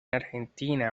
argentina